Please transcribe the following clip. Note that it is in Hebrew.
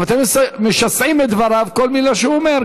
אבל אתם משסעים את דבריו, כל מילה שהוא אומר.